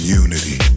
unity